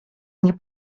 nie